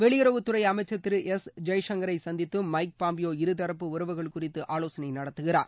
வெளியுறவுத்துறை அமைச்சர் திரு எஸ் ஜெய்சங்கரை சந்தித்தும் மைக் பாம்பியோ இருதரப்பு உறவுகள் குறித்து ஆலோசனை நடத்துகிறார்